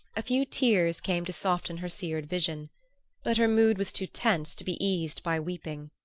a few tears came to soften her seared vision but her mood was too tense to be eased by weeping.